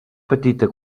petita